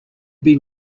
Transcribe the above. been